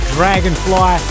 Dragonfly